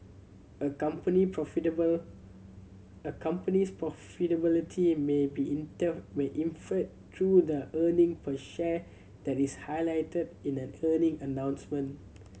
a company profitable a company's profitability may be inferred through the earning per share that is highlighted in an earning announcement